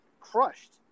crushed